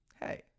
hey